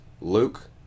Luke